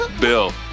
Bill